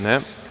Ne.